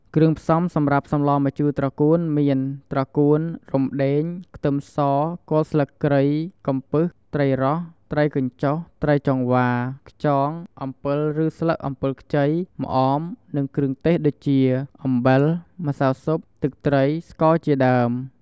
គ្រឿងផ្សំំសម្រាប់សម្លម្ជូរត្រកួនមាន ត្រកួន រំដេង ខ្ទឹមស គល់ស្លឹកគ្រៃ កំពឹស ត្រីរ៉ស់ ត្រីកញ្ចុះ ត្រីចង្វា ខ្យង អំពិលឬស្លឹកអំពិលខ្ចី ម្អម និងគ្រឿងទេសដូចជា អំបិល ម្សៅស៊ុប ទឹកត្រី ស្ករជាដើម។